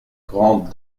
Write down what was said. grande